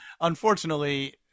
Unfortunately